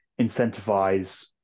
incentivize